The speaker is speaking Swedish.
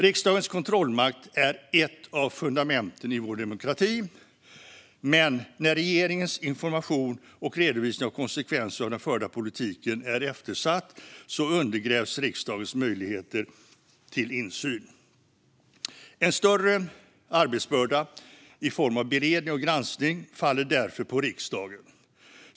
Riksdagens kontrollmakt är ett av fundamenten i vår demokrati, men när regeringens information om och redovisning av konsekvenser av den förda politiken är eftersatt undergrävs riksdagens möjligheter till insyn. En större arbetsbörda i form av beredning och granskning faller därför på riksdagen.